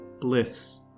bliss